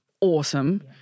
awesome